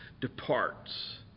departs